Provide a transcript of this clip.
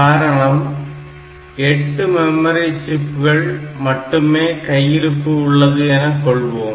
காரணம் 8 மெமரி சிப்கள் மட்டுமே கையிருப்பு உள்ளது என கொள்வோம்